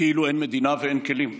כאילו אין מדינה ואין כלים.